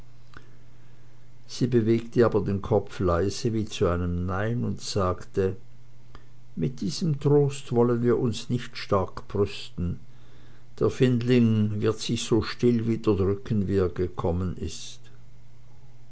sie bewegte aber den kopf leise wie zu einem nein und sagte mit diesem troste wollen wir uns nicht stark brüsten der findling wird sich so still wieder drücken wie er gekommen ist